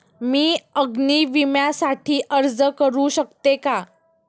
मी अग्नी विम्यासाठी अर्ज करू शकते का?